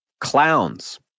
clowns